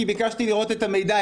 כי ביקשתי לראות את המידע,